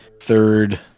third